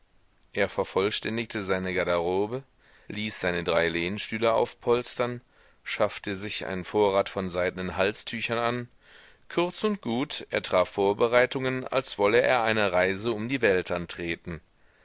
er vervollständigte seine garderobe ließ seine drei lehnstühle aufpolstern schaffte sich einen vorrat von seidnen halstüchern an kurz und gut er traf vorbereitungen als wolle er eine reise um die welt antreten